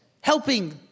helping